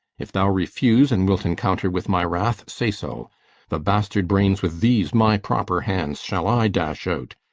if thou refuse, and wilt encounter with my wrath, say so the bastard-brains with these my proper hands shall i dash out.